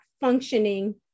functioning